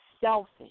selfish